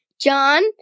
John